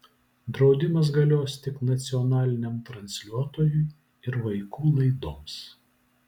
draudimas galios tik nacionaliniam transliuotojui ir vaikų laidoms